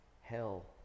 hell